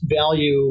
value